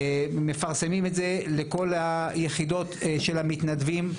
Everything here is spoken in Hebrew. מפרסמים את זה לכל היחידות של המתנדבים.